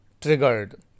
triggered